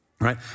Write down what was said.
right